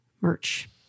merch